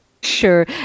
Sure